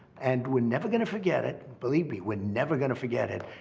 and we're never gonna forget it. believe me, we're never gonna forget it.